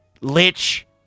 Lich